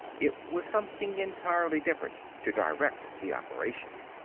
it was something entirely different to direct the operation.